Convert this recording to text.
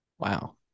Wow